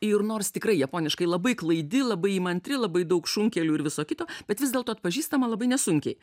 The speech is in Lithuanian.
ir nors tikrai japoniškai labai klaidi labai įmantri labai daug šunkelių ir viso kito bet vis dėlto atpažįstama labai nesunkiai